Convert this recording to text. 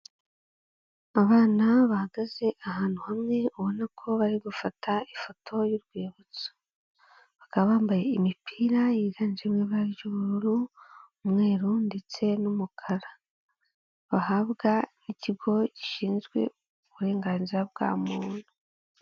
Abana bahagaze ahantu hamwe, ubona ko bari gufata ifoto y'urwibutso. Bakaba bambaye imipira yiganjemo ibara ry'ubururu, umweru ndetse n'umukara, bahabwa n'ikigo gishinzwe uburenganzira bwa muntu.